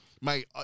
Mate